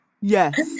yes